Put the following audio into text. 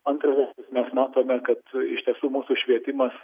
antra mes matome kad iš tiesų mūsų švietimas